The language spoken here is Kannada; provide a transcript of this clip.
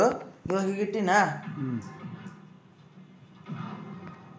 ಕಟ್ಟಗಿದಾಗ hoop pine, Parana pine, cypress, Douglas ಥರದ್ ಗಿಡಗೋಳು ಅವಾ